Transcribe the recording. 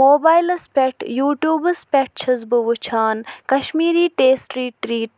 موبایلَس پٮ۪ٹھ یوٗٹوٗبَس پٮ۪ٹھ چھس بہٕ وٕچھان کَشمیٖری ٹیسٹی ٹرٛیٖٹ